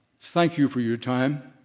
thank you for your time.